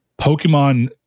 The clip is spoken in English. Pokemon